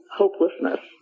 hopelessness